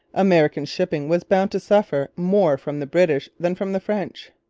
american shipping was bound to suffer more from the british than from the french.